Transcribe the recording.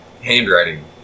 handwriting